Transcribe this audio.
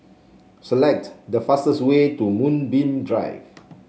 select the fastest way to Moonbeam Drive